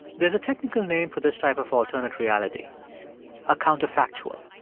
there's a technical name for this type of alternate reality a counterfactual.